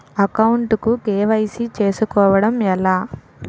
Account కు KYC చేసుకోవడం ఎలా?